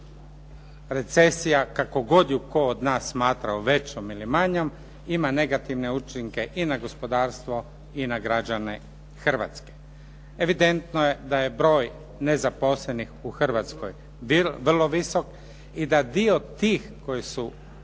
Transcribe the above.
recesija kako god ju tko od nas smatrao većom ili manjom ima negativne učinke i na gospodarstvo i na građane Hrvatske. Evidentno je da je broj nezaposlenih u Hrvatskoj vrlo visok i da dio tih koji su u